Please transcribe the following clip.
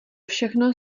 všechno